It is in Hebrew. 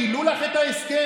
גילו לך את ההסכם,